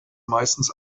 meistens